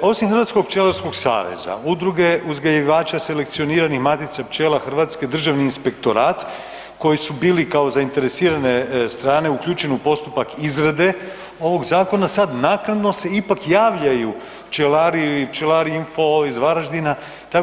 osim Hrvatskog pčelarskog saveza, Udruge uzgajivača selekcioniranih matica pčela Hrvatske, Državni inspektorat koji su bili kao zainteresirane strane uključene u postupak izrade ovog zakona, sad naknadno se ipak javljaju pčelari i pčelari ... iz Varaždina i tako.